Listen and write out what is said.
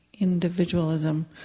individualism